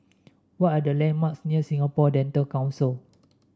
what are the landmarks near Singapore Dental Council